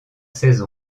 seize